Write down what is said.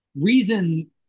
reason